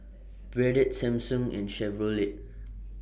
Bardot Samsung and Chevrolet